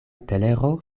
telero